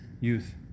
youth